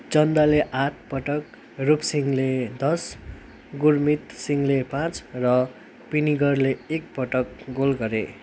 चन्दले आठ पटक रूप सिंहले दस गुरमित सिंहले पाँच र पिनिगरले एक पटक गोल गरे